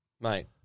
Mate